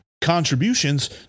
Contributions